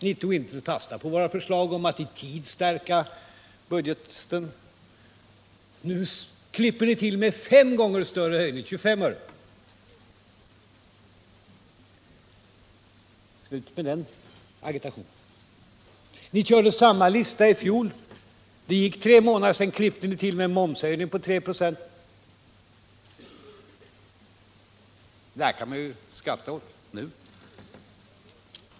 Ni tog inte fasta på våra förslag om att i tid stärka budgeten. Nu klipper ni till med fem gånger större höjning, 25 öre. Slut med den agitationen. Ni körde med samma lista i fjol. Det gick tre månader, och sedan klippte ni till med en momshöjning på 3 96. Det där kan man skratta åt nu.